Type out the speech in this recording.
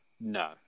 no